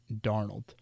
Darnold